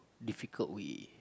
difficult way